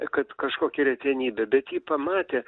kad kažkokia retenybė bet ji pamatė